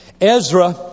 Ezra